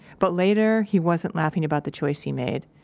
but later he wasn't laughing about the choice he made.